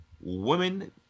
Women